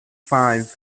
five